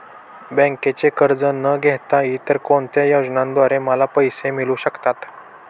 बँकेचे कर्ज न घेता इतर कोणत्या योजनांद्वारे मला पैसे मिळू शकतात?